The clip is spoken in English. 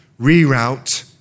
reroute